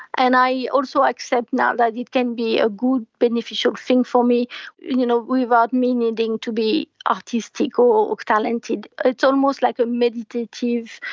and i also accept now that it can be a good, beneficial thing for me you know without ah me needing to be artistic or talented. it's almost like a meditative,